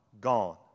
gone